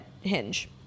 Hinge